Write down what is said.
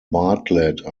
bartlett